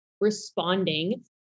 responding